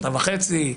שנתיים וחצי,